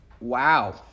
Wow